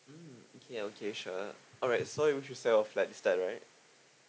mm okay okay sure alright so you wish to sell off like is that right